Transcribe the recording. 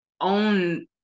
own